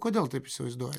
kodėl taip įsivaizduoja